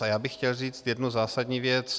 A já bych chtěl říct jednu zásadní věc.